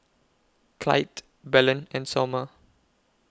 Clytie Belen and Somer